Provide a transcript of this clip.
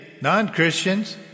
non-Christians